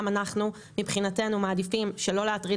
גם אנחנו מבחינתנו מעדיפים שלא להטריד